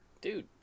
Dude